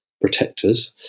protectors